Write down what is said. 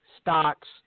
stocks